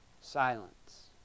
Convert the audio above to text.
silence